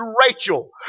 Rachel